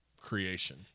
creation